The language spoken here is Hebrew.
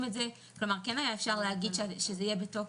כלומר אפשר היה להגיד שזה יהיה בתוקף.